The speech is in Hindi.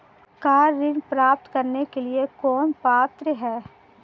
कार ऋण प्राप्त करने के लिए कौन पात्र है?